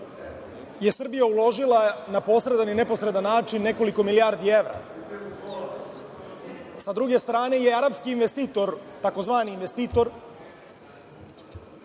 je Srbija uložila na posredan i neposredan način nekoliko milijardi evra. S druge strane, i arapski investitor, tzv. investitor,